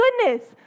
goodness